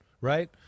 right